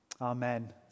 Amen